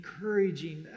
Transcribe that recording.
encouraging